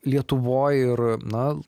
lietuvoj ir na